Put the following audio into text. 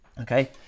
okay